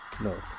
No